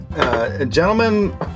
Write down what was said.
Gentlemen